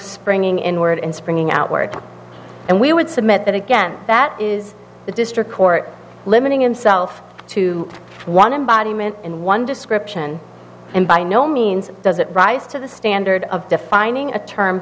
springing inward and springing outward and we would submit that again that is the district court limiting himself to one embodiment in one description and by no means does it rise to the standard of defining a term